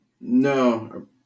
No